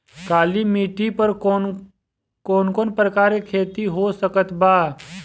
काली मिट्टी पर कौन कौन प्रकार के खेती हो सकत बा?